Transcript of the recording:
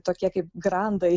tokie kaip grandai